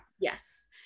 Yes